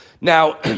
Now